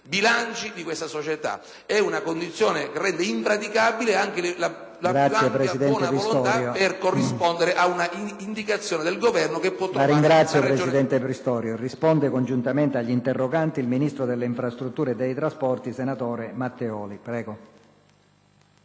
bilanci di questa società. È una condizione che rende impraticabile anche la più ampia buona volontà per corrispondere ad una indicazione del Governo che può trovare una soluzione positiva. PRESIDENTE. Ha facoltà di rispondere congiuntamente agli interroganti il ministro delle infrastrutture e dei trasporti, senatore Matteoli.